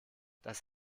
das